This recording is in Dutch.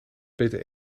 beter